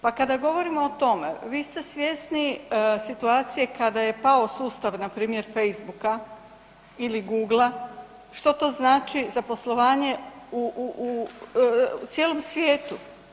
Pa kad govorimo o tome, vi ste svjesni situacije kada je pao sustav npr. Facebooka ili Googla, što to znači za poslovanje u cijelom svijetu.